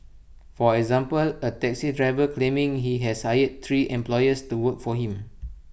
for example A taxi driver claiming he has hired three employees to work for him